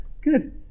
Good